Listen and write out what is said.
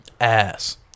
Ass